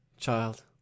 Child